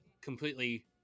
completely